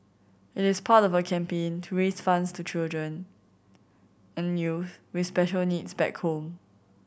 it is part of a campaign to raise funds to children and youth with special needs back home